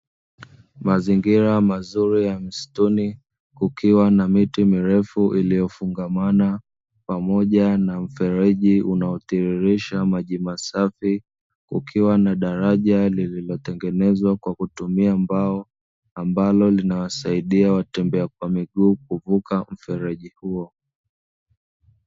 Mazingira mazuri ya msituni kukiwa na miti mirefu iliyofungamana , pamoja na mfereji unaotiririsha maji masafi, kukiwa na daraja lililotengenezwa kwa kutumia mbao ambalo linawasaidia watembea kwa miguu kuvuka mfereji huo.